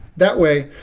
that way,